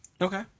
Okay